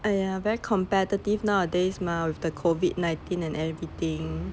!aiya! very competitive nowadays mah with the COVID nineteen and everything